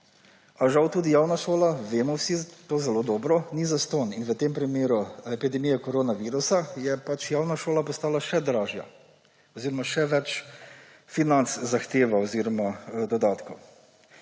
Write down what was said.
A žal tudi javna šola, vemo vsi to zelo dobro, ni zastonj. In v tem primeru epidemije koronavirusa je pač javna šola postala še dražja oziroma še več financ oziroma dodatkov